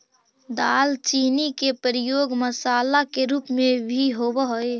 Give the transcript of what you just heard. दालचीनी के प्रयोग मसाला के रूप में भी होब हई